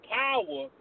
power